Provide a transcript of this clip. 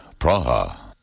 Praha